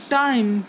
time